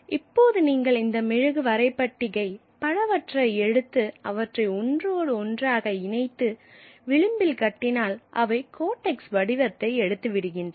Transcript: இப்போது நீங்கள் இந்த மெழுகு வரைபட்டிகை பலவற்றை எடுத்து அவற்றை ஒன்றோடு ஒன்றாக இணைத்து விளிம்பில் கட்டினால் அவை கோடெக்ஸ் வடிவத்தை எடுத்து விடுகின்றன